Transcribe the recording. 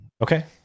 Okay